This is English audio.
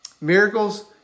Miracles